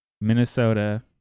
Minnesota